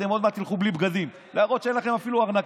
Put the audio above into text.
אתם עוד מעט תלכו בלי בגדים להראות שאין לכם אפילו ארנקים.